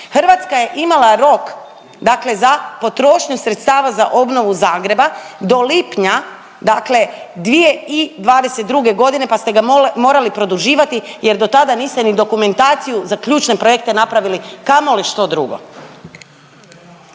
Hrvatska je imala rok dakle za potrošnju sredstava za obnovu Zagreba do lipnja 2022.g. pa ste ga morali produživati jer do tada niste ni dokumentaciju za ključne projekte napravili, a kamoli što drugo.